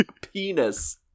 Penis